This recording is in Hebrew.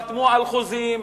חתמו על חוזים,